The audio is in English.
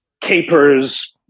capers